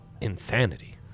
insanity